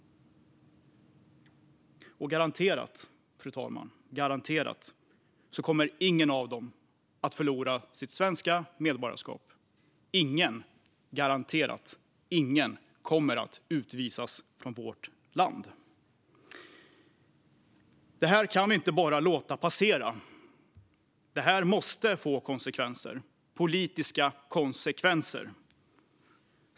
Och, fru talman, garanterat kommer ingen av dem att förlora sitt svenska medborgarskap, och garanterat kommer ingen att utvisas från vårt land. Det här kan vi inte bara låta passera. Det här måste få konsekvenser - politiska konsekvenser.